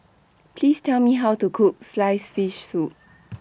Please Tell Me How to Cook Sliced Fish Soup